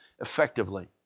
effectively